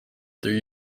three